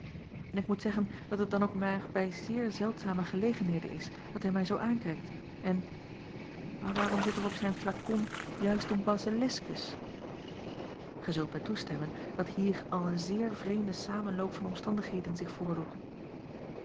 en ik moet zeggen dat het dan ook maar bij zeer zeldzame gelegenheden is dat hij mij zoo aankijkt en maar waarom zit er op zijn flakon juist een basiliskus ij zult mij toestemmen dat hier al een zeer vreemde samenloop van omstandigheden zich voordoet